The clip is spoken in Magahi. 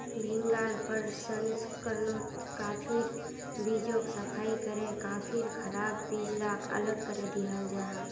भीन्गाल प्रशंस्कर्नोत काफिर बीजोक सफाई करे काफिर खराब बीज लाक अलग करे दियाल जाहा